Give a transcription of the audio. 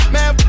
Man